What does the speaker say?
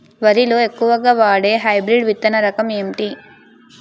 వరి లో ఎక్కువుగా వాడే హైబ్రిడ్ విత్తన రకం ఏంటి?